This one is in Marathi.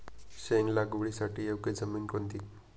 शेंग लागवडीसाठी योग्य जमीन कोणती?